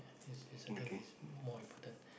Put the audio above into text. it's it's a thing it's more important